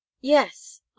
yes